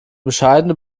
bescheidene